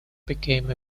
became